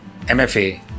MFA